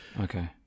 Okay